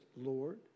Lord